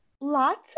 Lots